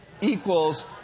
equals